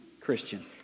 Christian